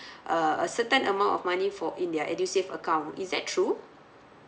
uh a certain amount of money for in their edusave account is that true